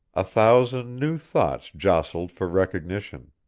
a thousand new thoughts jostled for recognition.